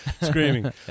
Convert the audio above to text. screaming